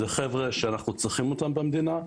זה חבר'ה שאנחנו צריכים אותם במדינה.